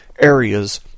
areas